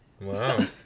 Wow